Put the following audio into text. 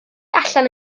allan